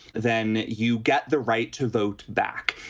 then you get the right to vote back.